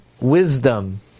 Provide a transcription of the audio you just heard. Wisdom